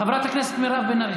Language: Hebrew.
חברת הכנסת מירב בן ארי,